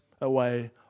away